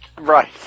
Right